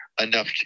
enough